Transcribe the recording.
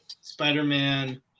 Spider-Man